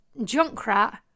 Junkrat